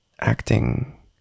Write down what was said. acting